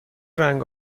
رنگ